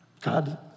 God